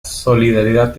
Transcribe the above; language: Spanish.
solidaridad